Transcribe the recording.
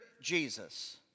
Jesus